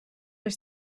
els